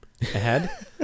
ahead